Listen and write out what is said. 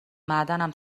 معدنم